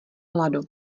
hladu